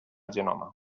genoma